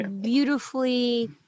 Beautifully